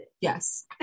yes